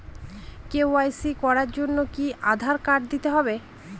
KYC করার জন্য কি আধার কার্ড দিতেই হবে?